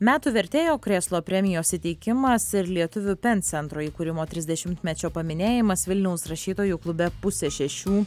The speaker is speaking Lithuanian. metų vertėjo krėslo premijos įteikimas ir lietuvių pen centro įkūrimo trisdešimtmečio paminėjimas vilniaus rašytojų klube pusę šešių